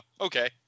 okay